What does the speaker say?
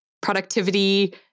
productivity